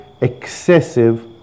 excessive